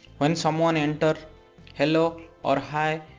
when some one enter hello or hi,